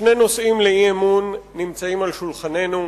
שני נושאים לאי-אמון נמצאים על שולחננו,